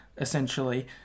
essentially